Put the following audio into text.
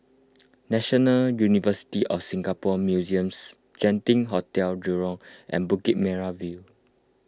National University of Singapore Museums Genting Hotel Jurong and Bukit Merah View